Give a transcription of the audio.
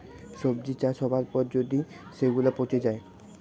সবজি চাষ হবার পর যদি সেগুলা পচে যায়